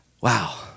Wow